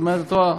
אז את רואה,